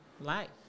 life